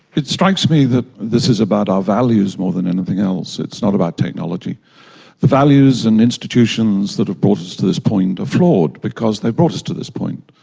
it strikes me that this is about our values more than anything else. it's not about technology. the values and institutions that have brought us to this point are flawed because they brought us to this point,